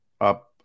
up